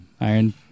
Iron